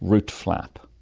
route flap,